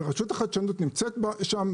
רשות החדשנות נמצאת שם,